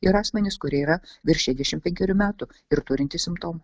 ir asmenys kurie yra virš šešdešimt penkerių metų ir turintys simptomų